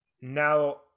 Now